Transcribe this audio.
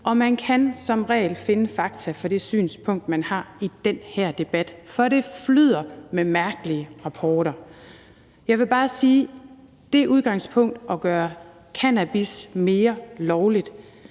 og man kan som regel finde fakta for det synspunkt, man har i den her debat, for det flyder med mærkelige rapporter. Jeg vil bare sige: Det udgangspunkt, hvor man vil gøre cannabis helt lovligt,